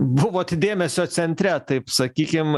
buvot dėmesio centre taip sakykim